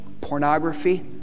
pornography